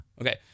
Okay